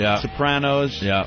Sopranos